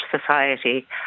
society